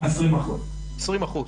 20 אחוזים.